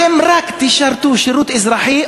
אתם רק תשרתו שירות אזרחי,